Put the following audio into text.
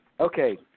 Okay